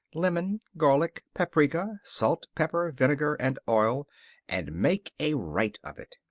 lemon, garlic, paprika, salt, pepper, vinegar, and oil and make a rite of it.